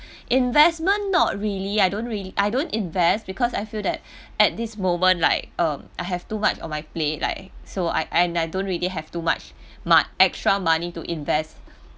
investment not really I don't really I don't invest because I feel that at this moment like um I have too much on my plate like so I I I don't really have too much my extra money to invest